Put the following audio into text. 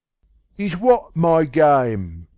is what my game?